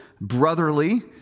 brotherly